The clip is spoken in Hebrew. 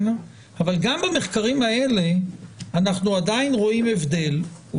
אבל גם במחקרים האלה אנחנו עדיין רואים הבדל הוא